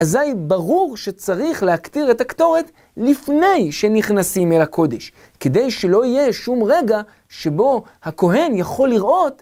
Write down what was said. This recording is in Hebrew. אזי היא ברור שצריך להקטיר את הקטורת לפני שנכנסים אל הקודש. כדי שלא יהיה שום רגע שבו הכהן יכול לראות